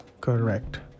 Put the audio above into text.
Correct